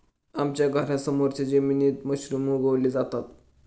आमच्या घरासमोरच्या जमिनीत मशरूम उगवले जातात